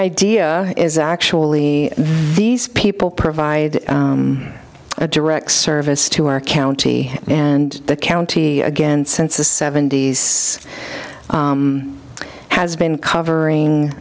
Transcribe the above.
idea is actually these people provide a direct service to our county and the county again since the seventy's has been covering